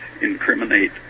incriminate